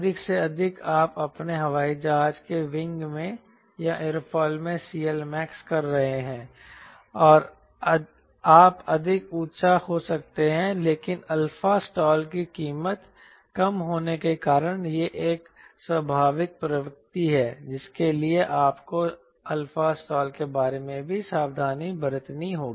अधिक से अधिक आप अपने हवाई जहाज के विंग में या एयरोफिल में CLmax कर रहे हैं आप अधिक ऊँचा हो सकते हैं लेकिन अल्फा स्टाल की कीमत कम होने के कारण यह एक स्वाभाविक प्रवृत्ति है जिसके लिए आपको अल्फा स्टाल के बारे में भी सावधानी बरतनी होगी